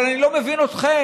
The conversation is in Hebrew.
אבל אני לא מבין אתכם,